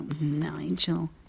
Nigel